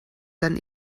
dann